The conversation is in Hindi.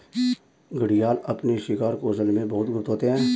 घड़ियाल अपने शिकार कौशल में बहुत गुप्त होते हैं